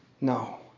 No